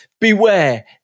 beware